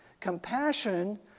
Compassion